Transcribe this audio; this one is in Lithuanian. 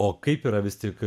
o kaip yra vis tik